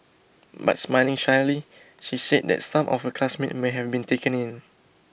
but smiling shyly she said that some of her classmates may have been taken in